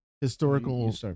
historical